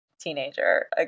teenager